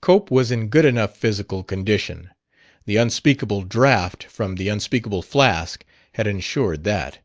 cope was in good enough physical condition the unspeakable draught from the unspeakable flask had ensured that